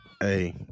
Hey